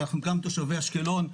אנחנו גם תושבי אשקלון,